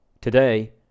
Today